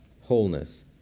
wholeness